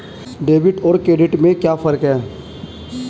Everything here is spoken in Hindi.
डेबिट और क्रेडिट में क्या फर्क है?